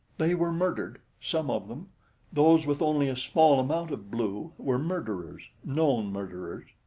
they were murdered some of them those with only a small amount of blue were murderers known murderers.